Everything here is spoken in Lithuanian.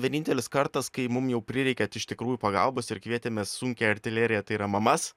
vienintelis kartas kai mum jau prireikė iš tikrųjų pagalbos ir kvietėmės sunkiąją artileriją tai yra mamas